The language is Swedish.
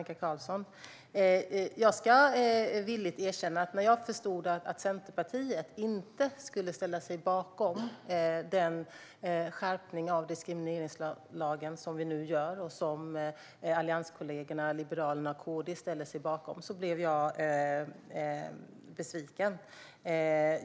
Herr talman! När jag förstod att Centerpartiet inte skulle ställa sig bakom den skärpning av diskrimineringslagen som vi nu gör och som Centerpartiets allianskollegor Liberalerna och Kristdemokraterna ställer sig bakom blev jag besviken.